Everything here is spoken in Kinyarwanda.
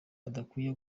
adakwiye